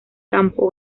campo